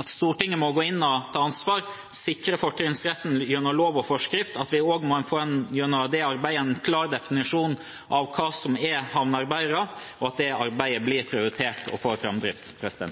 at Stortinget går inn og tar ansvar og sikrer fortrinnsretten gjennom lov og forskrift, at vi gjennom det arbeidet også må få en klar definisjon av hva som er havnearbeidere, og at det arbeidet blir prioritert og får framdrift. I debatten